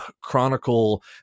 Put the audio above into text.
chronicle